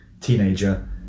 teenager